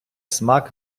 смак